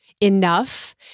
enough